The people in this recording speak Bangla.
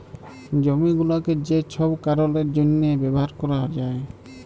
জমি গুলাকে যে ছব কারলের জ্যনহে ব্যাভার ক্যরা যায়